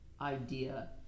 idea